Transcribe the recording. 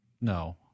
No